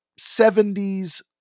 70s